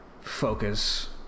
focus